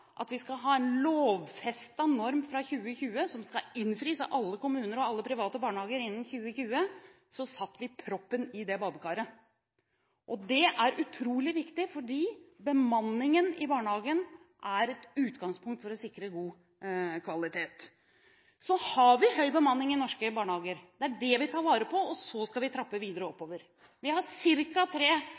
at vi skal vi ha en lovfestet norm fra 2020 som skal innfris av alle kommuner og alle private barnehager innen 2020, satte vi proppen i det badekaret. Det er utrolig viktig, fordi bemanningen i barnehagen er et utgangspunkt for å sikre god kvalitet. Vi har høy bemanning i norske barnehager – det er det vi tar vare på, og så skal vi trappe videre opp. Vi har i snitt tre